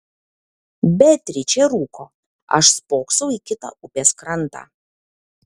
beatričė rūko aš spoksau į kitą upės krantą